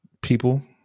people